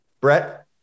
Brett